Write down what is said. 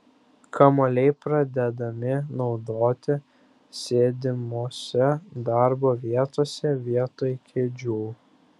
kamuoliai pradedami naudoti sėdimose darbo vietose vietoj kėdžių